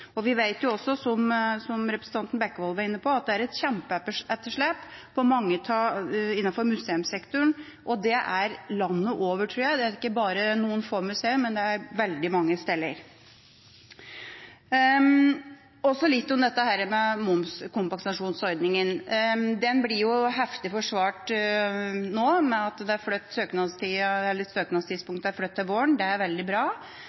Vi vet jo også, som representanten Bekkevold var inne på, at det er et kjempeetterslep innenfor museumssektoren. Det tror jeg gjelder landet over, og ikke bare for noen få museer, men veldig mange steder. Så litt om momskompensasjonsordningen. Den blir jo heftig forsvart nå i og med at søknadstidspunktet er flyttet til våren. Det er veldig bra. Men jeg synes også der at representanten Thomsen hadde et veldig godt svar, at det er